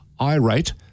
irate